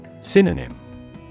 Synonym